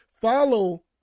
Follow